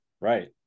Right